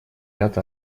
ряд